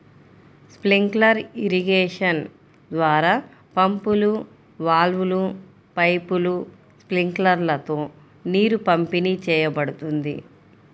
sprinkler irrigation ద్వారా పంపులు, వాల్వ్లు, పైపులు, స్ప్రింక్లర్లతో నీరు పంపిణీ చేయబడుతుంది